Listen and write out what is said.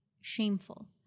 shameful